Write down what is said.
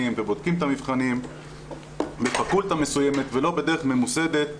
ובודקים את המבחנים מפקולטה מסוימת ולא בדרך ממוסדת,